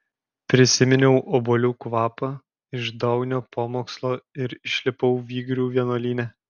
prisiminiau obuolių kvapą iš daunio pamokslo ir išlipau vygrių vienuolyne